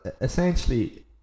Essentially